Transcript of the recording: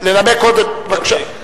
לנמק קודם, בבקשה.